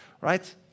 right